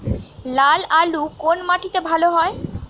লাল আলু কোন মাটিতে ভালো হয়?